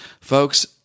Folks